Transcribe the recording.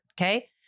Okay